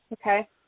Okay